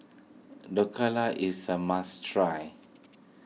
Dhokla is a must try